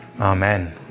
Amen